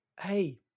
Hey